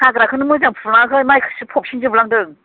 हाग्राखौनो मोजां फुलाङाखै मायखौसो फबसिनजोबलांदों